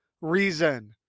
reason